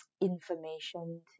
information